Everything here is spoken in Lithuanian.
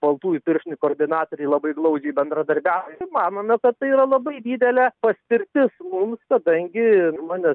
baltųjų pirštinių koordinatoriai labai glaudžiai bendradarbiauja manome kad tai yra labai didelė paspirtis mums kadangi žmonės